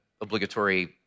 obligatory